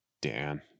Dan